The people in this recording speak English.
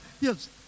Yes